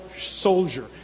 soldier